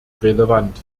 relevant